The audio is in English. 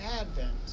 Advent